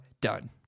done